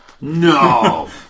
No